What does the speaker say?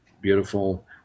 beautiful